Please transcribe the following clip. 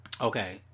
Okay